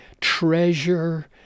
treasure